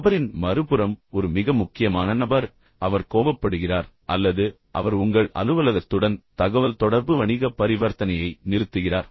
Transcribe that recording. நபரின் மறுபுறம் ஒரு மிக முக்கியமான நபர் அவர் கோபப்படுகிறார் அல்லது அவர் உங்கள் அலுவலகத்துடன் தகவல் தொடர்பு வணிக பரிவர்த்தனையை நிறுத்துகிறார்